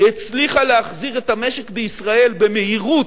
הצליחה להחזיר את המשק בישראל במהירות,